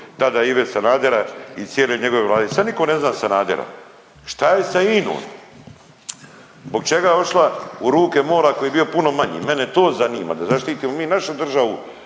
tada Ive Sanadera i cijele njegove vlade. I sada niko ne zna Sanadera. Šta je sa INOM? Zbog čega je otišla u ruke MOL-a ako je bio puno manji. Mene to zanima da zaštitimo našu državu